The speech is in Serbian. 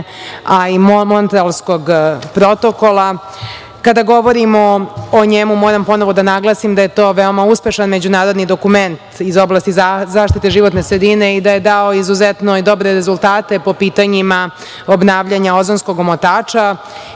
a i Montrealskog protokola. Kada govorimo o njemu, moram ponovo da naglasim da je to veoma uspešan međunarodni dokument iz oblasti zaštite životne sredine i da je dao izuzetno dobre rezultate po pitanjima obnavljanja ozonskog omotača. Jedan